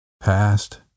past